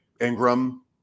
Ingram